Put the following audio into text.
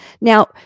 Now